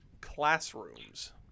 classrooms